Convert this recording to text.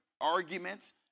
arguments